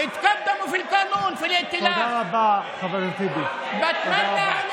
תודה רבה, חבר הכנסת טיבי.